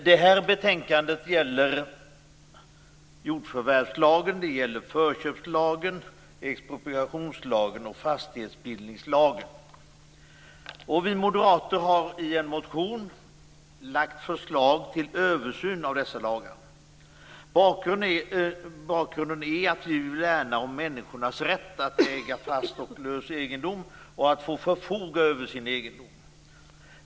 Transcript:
Detta betänkande gäller jordförvärvslagen, förköpslagen, expropriationslagen och fastighetsbildningslagen. Vi moderater har i en motion lagt fram förslag till översyn av dessa lagar. Bakgrunden är att vi vill värna om människors rätt att äga fast och lös egendom samt förfoga över sin egendom.